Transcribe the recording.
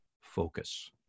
focus